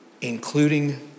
including